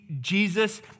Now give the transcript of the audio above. Jesus